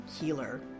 healer